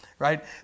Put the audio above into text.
Right